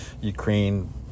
Ukraine